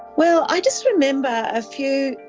well, i just remember a few,